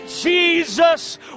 Jesus